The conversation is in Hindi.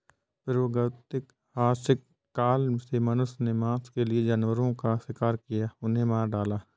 प्रागैतिहासिक काल से मनुष्य ने मांस के लिए जानवरों का शिकार किया, उन्हें मार डाला